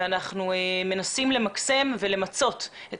ים רבות ואנחנו מנסים למקסם ולמצות את